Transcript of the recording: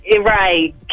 right